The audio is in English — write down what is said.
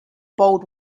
bold